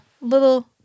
little